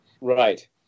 right